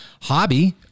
hobby